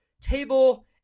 table